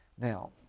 Now